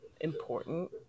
important